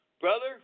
brother